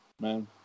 man